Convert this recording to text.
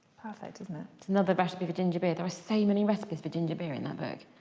perfect isn't it. it's another recipe for ginger beer. there's so many recipes for ginger beer in that book.